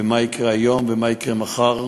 ומה יקרה היום ומה יקרה מחר.